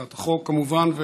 בהצעת החוק, כמובן.